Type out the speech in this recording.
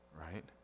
Right